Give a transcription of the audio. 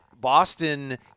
Boston